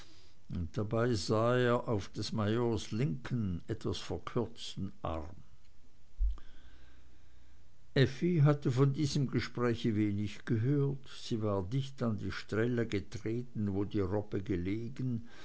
dabei sah er auf des majors linken etwas gekürzten arm effi hatte von diesem gespräch wenig gehört sie war dicht an die stelle getreten wo die robbe gelegen